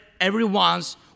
everyone's